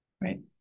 Right